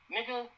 Nigga